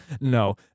no